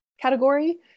category